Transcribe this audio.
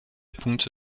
punkte